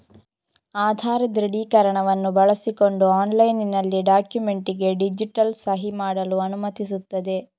ಆಧಾರ್ ದೃಢೀಕರಣವನ್ನು ಬಳಸಿಕೊಂಡು ಆನ್ಲೈನಿನಲ್ಲಿ ಡಾಕ್ಯುಮೆಂಟಿಗೆ ಡಿಜಿಟಲ್ ಸಹಿ ಮಾಡಲು ಅನುಮತಿಸುತ್ತದೆ